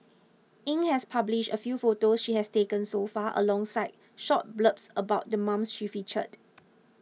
Yin has published a few photos she has taken so far alongside short blurbs about the moms she featured